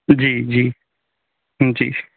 जी जी जी